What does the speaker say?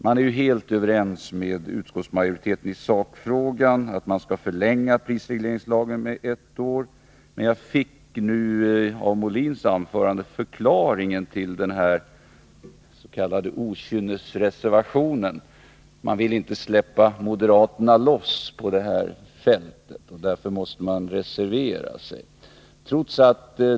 Man är helt överens med utskottsmajoriteten i sakfrågan, att prisregleringslagen skall förlängas med ett år. Men jag fick i Björn Molins anförande förklaringen till denna s.k. okynnesreservation. Man vill inte släppa moderaterna loss på detta fält. Därför måste man reservera sig.